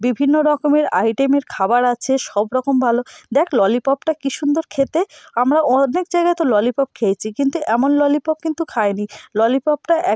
বিভিন্ন রকমের আইটেমের খাবার আছে সব রকম ভালো দেখ ললিপপটা কী সুন্দর খেতে আমরা অনেক জায়গায় তো ললিপপ খেয়েছি কিন্তু এমন ললিপপ কিন্তু খায় নি ললিপপটা